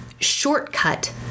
shortcut